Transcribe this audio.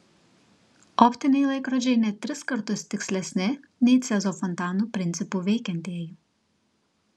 optiniai laikrodžiai net tris kartus tikslesni nei cezio fontanų principu veikiantieji